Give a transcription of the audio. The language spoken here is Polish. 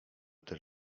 też